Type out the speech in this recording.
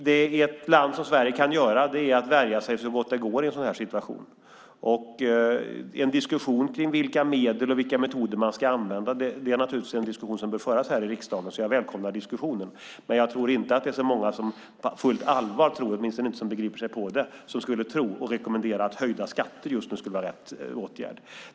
Det som ett land som Sverige kan göra är att värja sig så gott det går i en sådan här situation. En diskussion om vilka medel och vilka metoder som man ska använda är naturligtvis en diskussion som bör föras här i riksdagen. Jag välkomnar därför diskussionen. Men jag tror inte att det är så många - åtminstone inte någon som begriper sig på detta - som på fullt allvar tror eller rekommenderar att höjda skatter just nu skulle vara rätt åtgärd.